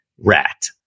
rat